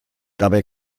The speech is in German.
dabei